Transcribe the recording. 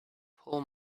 pull